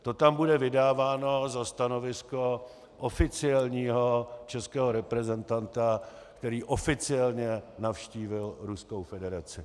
To tam bude vydáváno za stanovisko oficiálního českého reprezentanta, který oficiálně navštívil Ruskou federaci.